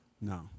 No